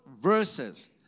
verses